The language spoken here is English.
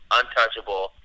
untouchable